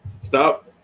Stop